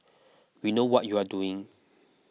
we know what you are doing